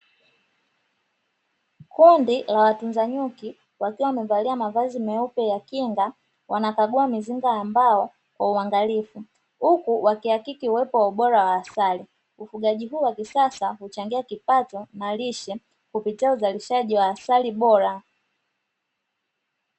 Kundi la watunza nyuki wakiwa wamevalia mavazi meupe ya kinga, wanakagua mizinga ya mbao kwa uangalifu, huku wakihakiki uwepo wa ubora wa asali, ufugaji huu wa kisasa huchangia kipato na lishe kupitia uzalishaji wa asali bora.